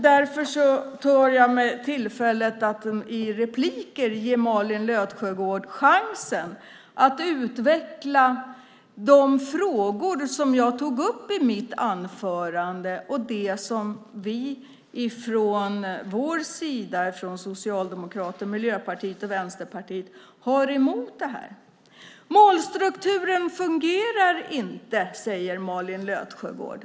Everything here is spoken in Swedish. Därför tar jag tillfället i akt att ge Malin Löfsjögård chansen att i repliker utveckla de frågor som jag tog upp i mitt anförande och det som vi från Socialdemokraternas, Vänsterpartiets och Miljöpartiets sida har emot detta. Målstrukturen fungerar inte, säger Malin Löfsjögård.